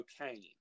cocaine